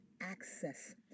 access